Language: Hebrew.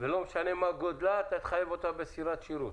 לא משנה מה גודלה, תחייב אותה בסירת שירות?